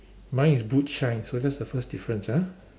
mine is boot shine so that's the first difference ah